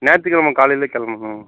ஞாயிற்றுக்கிழம காலையிலேயே கிளம்பணும்